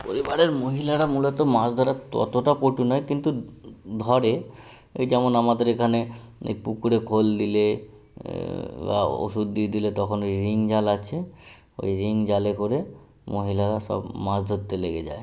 পরিবারের মহিলারা মূলত মাছ ধরার ততটা পটু নয় কিন্তু ধরে এই যেমন আমাদের এখানে এই পুকুরে খোল দিলে বা ওষুধ দিয়ে দিলে তখন ওই রিং জাল আছে ওই রিং জালে করে মহিলারা সব মাছ ধরতে লেগে যায়